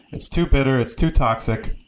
it's too bitter. it's too toxic.